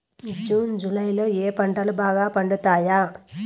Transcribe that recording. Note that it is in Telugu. జూన్ జులై లో ఏ పంటలు బాగా పండుతాయా?